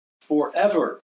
forever